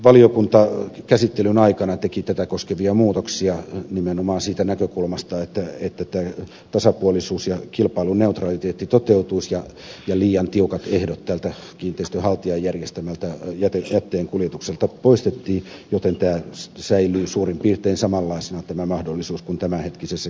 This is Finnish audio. valiokunta käsittelyn aikana teki tätä koskevia muutoksia nimenomaan siitä näkökulmasta että tasapuolisuus ja kilpailuneutraliteetti toteutuisivat ja liian tiukat ehdot tältä kiinteistönhaltijan järjestämältä jätteenkuljetukselta poistettiin joten tämä säilyy suurin piirtein samanlaisena tämä mahdollisuus kuin tämänhetkisessäkin lainsäädännössä